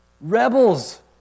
rebels